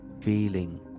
feeling